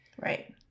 Right